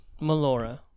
Melora